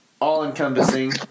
all-encompassing